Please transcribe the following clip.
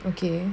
okay